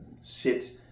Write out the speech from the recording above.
sit